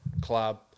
club